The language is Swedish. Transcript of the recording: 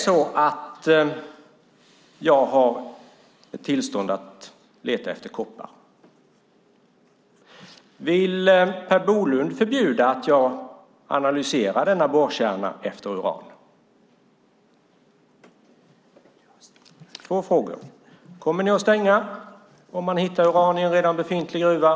Om jag har tillstånd att leta efter koppar, vill Per Bolund då förbjuda att jag analyserar borrkärnan efter uran? Jag har alltså två frågor: Kommer ni att stänga gruvdriften om man hittar uran i en befintlig gruva?